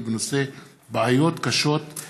בהצעתו של חבר הכנסת מיקי לוי בנושא: בעיות קשות בתדירות